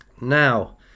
Now